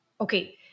Okay